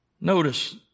Notice